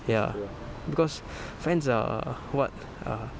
ya because friends are what uh